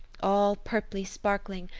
all purply-sparkling,